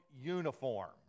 uniform